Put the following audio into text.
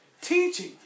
Teaching